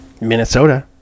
Minnesota